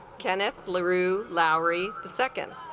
kenneth larue lowry the second